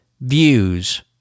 views